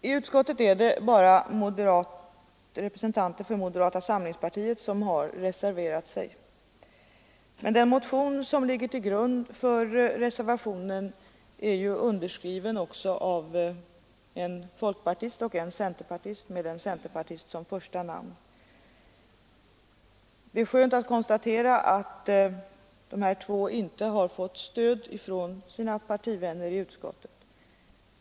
I utskottet är det bara representanter för moderata samlingspartiet som har reserverat sig. Men den motion som ligger till grund för reservationen är underskriven också av en folkpartist och en centerpartist, med en centerpartist som första namn. Det är skönt att konstatera att dessa två inte har fått stöd från sina partivänner i utskottet.